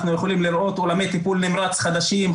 אנחנו יכולים לראות אולמות טיפול נמרץ חדשים,